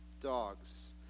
dogs